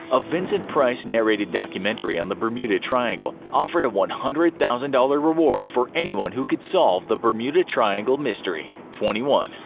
a vincent price-narrated documentary on the bermuda triangle offered a one hundred thousand dollars reward for anyone who could solve the bermuda triangle mystery. twenty one.